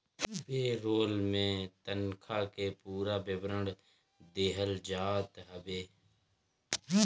पे role में तनखा के पूरा विवरण दिहल जात हवे